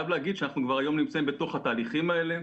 אני חייב להגיד שאנחנו כבר היום נמצאים בתוך התהליכים האלה,